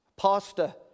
Pastor